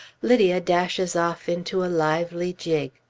lydia dashes off into a lively jig.